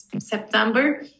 September